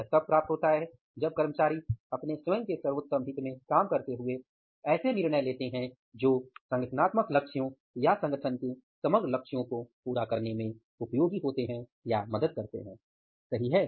यह तब प्राप्त होता है जब कर्मचारी अपने स्वयं के सर्वोत्तम हित में काम करते हुए ऐसे निर्णय लेते हैं जो संगठनात्मक लक्ष्यों या संगठन के समग्र लक्ष्यों को पूरा करने में मदद करते हैं सही है